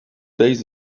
days